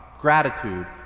Gratitude